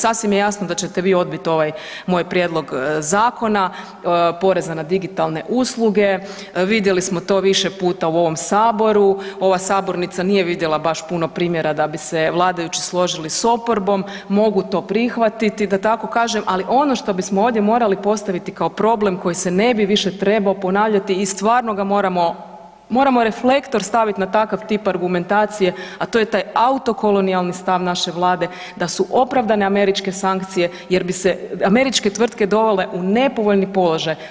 Sasvim je jasno da ćete vi odbiti ovaj moj prijedlog Zakona poreza na digitalne usluge vidjeli smo to više puta u ovom saboru, ova sabornica nije vidjela baš puno primjera da bi se vladajući složili s oporbom, mogu to prihvatiti da tako kažem, ali ono što bismo ovdje morali postaviti kao problem koji se ne bi više trebao ponavljati i stvarno ga moramo, moramo reflektor stavit na takav tip argumentacije, a to je taj autokolonijalni stav naše vlade da su opravdane američke sankcije jer bi se američke tvrtke dovele u nepovoljni položaj.